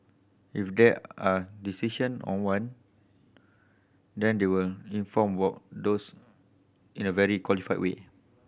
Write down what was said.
if there are decision on one then they will inform what those in a very qualified way